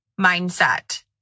mindset